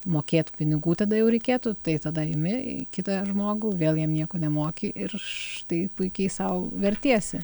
mokėt pinigų tada jau reikėtų tai tada imi kitą žmogų vėl jam nieko nemoki ir štai puikiai sau vertiesi